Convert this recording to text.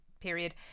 period